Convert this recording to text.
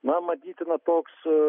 na manytina toks